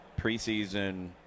preseason